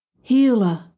healer